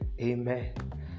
Amen